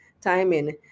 timing